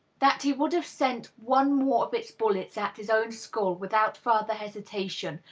that he would have sent one more of its bullets at his own skull without further hesitation,